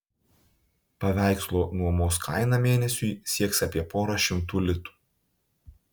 paveikslo nuomos kaina mėnesiui sieks apie porą šimtų litų